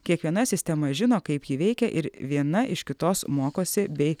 kiekviena sistema žino kaip ji veikia ir viena iš kitos mokosi bei